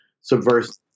subversive